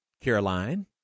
Caroline